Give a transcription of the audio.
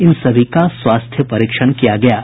इन सभी का स्वास्थ्य परीक्षण किया गया है